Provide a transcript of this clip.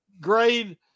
grade